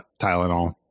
Tylenol